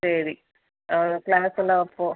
சரி ஆ க்ளாஸ்ஸெல்லாம் அப்போ